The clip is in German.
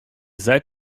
seid